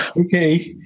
Okay